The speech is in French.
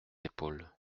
épaules